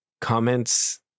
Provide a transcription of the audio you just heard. comments